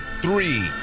three